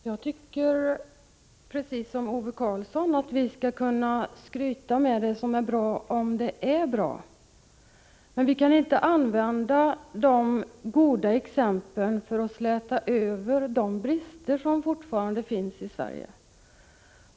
Herr talman! Jag tycker precis som Ove Karlsson att vi skall kunna skryta med det som är bra, om det är bra. Men vi kan inte använda de goda exemplen för att släta över de brister som fortfarande finns i Sverige.